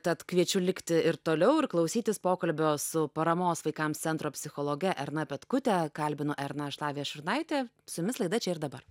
tad kviečiu likti ir toliau ir klausytis pokalbio su paramos vaikams centro psichologe erna petkute kalbinu erną aš lavija šurnaitė su jumis laida čia ir dabar